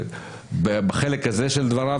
הבנתי את המסר.